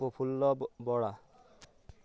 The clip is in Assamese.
প্ৰফুল্ল বৰা